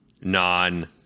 non